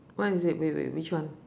what is it wait wait which one